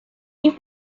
این